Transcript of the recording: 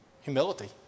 humility